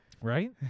Right